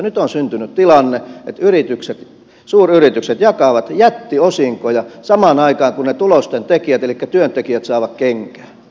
nyt on syntynyt tilanne että suuryritykset jakavat jättiosinkoja samaan aikaan kun tulostentekijät elikkä työntekijät saavat kenkää